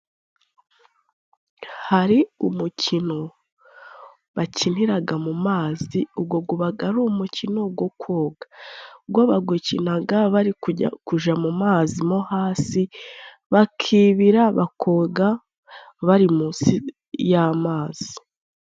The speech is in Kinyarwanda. Hari umukino bakiniraga mu mazi ugo gubaga ari umukino go koga. Go bagukinaga bari kujya kuja mu mazi no hasi bakibira, bakoga bari munsi y'amazi.